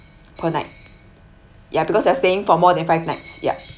per night ya because you are staying for more than five nights ya